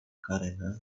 karena